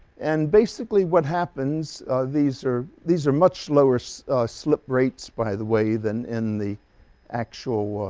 and basically what happens these are these are much lower so slip rates by the way than in the actual